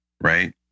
right